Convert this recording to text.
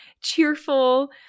cheerful